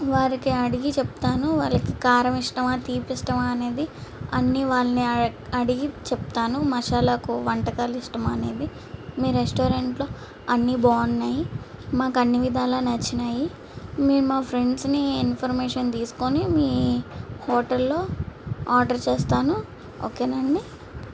వారికి అడిగి చెప్తాను వాళ్ళకి కారం ఇష్టమా తీపి ఇష్టమా అనేది అన్ని వాళ్ళనే అడిగి చెప్తాను మశాలాకు వంటకాలు ఇష్టమా అనేది మీ రెస్టారెంట్లో అన్నీ బాగున్నాయి మాకు అన్నీ విధాల నచ్చినవి మీరు మా ఫ్రెండ్స్ని ఇన్ఫర్మేషన్ తీసుకొని మీ హోటల్లో ఆర్డర్ చేస్తాను ఓకేనా అండి